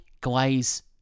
glaze